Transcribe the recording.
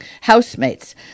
housemates